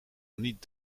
niet